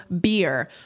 beer